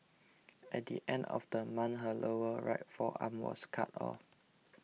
at the end of the month her lower right forearm was cut off